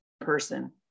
person